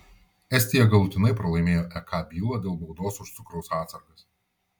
estija galutinai pralaimėjo ek bylą dėl baudos už cukraus atsargas